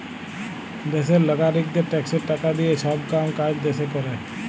দ্যাশের লাগারিকদের ট্যাক্সের টাকা দিঁয়ে ছব কাম কাজ দ্যাশে ক্যরে